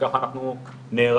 וככה אנחנו נערכים.